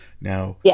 Now